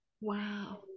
Wow